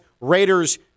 Raiders